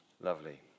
lovely